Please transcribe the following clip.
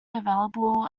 available